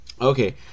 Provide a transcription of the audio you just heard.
Okay